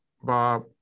Bob